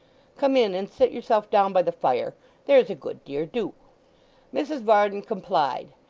come in and sit yourself down by the fire there's a good dear do mrs varden complied.